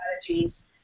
strategies